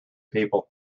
people